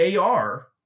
AR